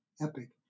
epic